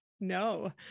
No